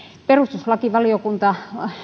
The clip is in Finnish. perustuslakivaliokunta